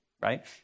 right